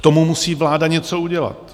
K tomu musí vláda něco udělat.